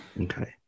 Okay